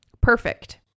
perfect